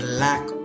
Black